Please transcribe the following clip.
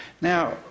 Now